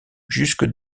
jusque